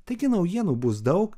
taigi naujienų bus daug